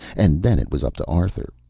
and then it was up to arthur.